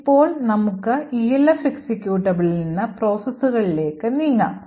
ഇപ്പോൾ നമുക്ക് ELF എക്സിക്യൂട്ടബിളിൽ നിന്ന് പ്രോസസുകളിലേക്ക് നീങ്ങാം